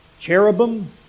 cherubim